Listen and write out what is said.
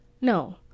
no